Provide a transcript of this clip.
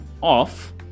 off